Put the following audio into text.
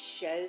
shows